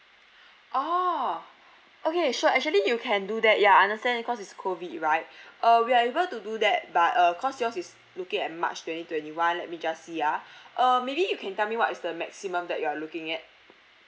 orh okay sure actually you can do that ya understand cause is COVID right uh we are able to do that but uh cause yours is looking at march twenty twenty one let me just see ah uh maybe you can tell me what is the maximum that you are looking at